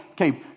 okay